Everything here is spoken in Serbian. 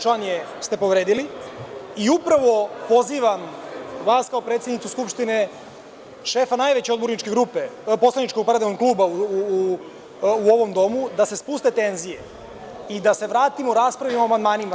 Član 106. ste povredili i upravo pozivam vas, kao predsednicu Skupštinu, šefa najveće poslaničkog kluba u ovom domu da se spuste tenzije i da se vratimo raspravi o amandmanima…